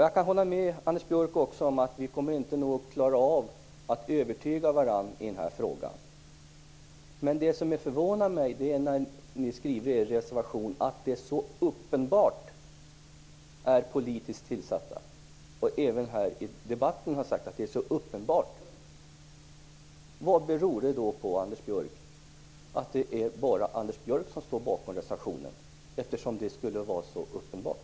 Jag kan hålla med Anders Björck om att vi nog inte klarar av att övertyga varandra i den här frågan. Vad som är förvånar mig är att ni i er reservation skriver att det så uppenbart handlar om politiskt tillsatta. Också i debatten här har det sagts att det är så uppenbart. Men, Anders Björck, vad beror det på att det bara är Anders Björck som står bakom reservationen, om nu detta skulle vara så uppenbart?